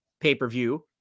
pay-per-view